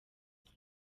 gusa